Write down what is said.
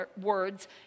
words